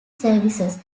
services